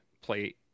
play